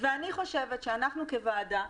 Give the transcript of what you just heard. אני חושבת שאנחנו כוועדה,